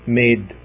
made